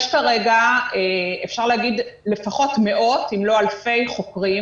יש כרגע לפחות מאות אם לא אלפי חוקרים